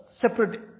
separate